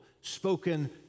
spoken